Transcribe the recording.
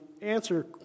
answer